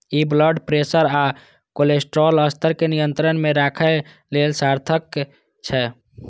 ई blood pressure आ cholesterol स्तर कें नियंत्रण मे राखै लेल सार्थक छै